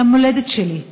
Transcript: היא המולדת שלי,